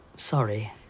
Sorry